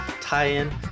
tie-in